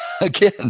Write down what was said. Again